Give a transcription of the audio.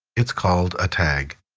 it's called a tag.